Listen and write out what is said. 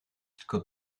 tylko